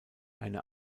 eine